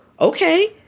okay